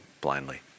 blindly